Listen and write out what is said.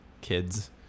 kids